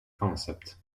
concept